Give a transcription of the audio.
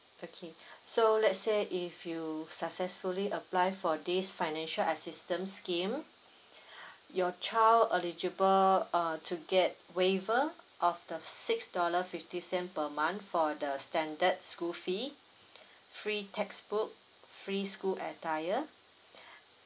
okay so let's say if you successfully apply for this financial assistance scheme your child eligible uh to get waiver of the six dollar fifty cent per month for the standard school fee free textbook free school attire